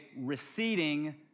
receding